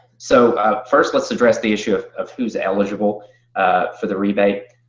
so first let's address the issue of of who's eligible for the rebate.